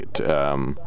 right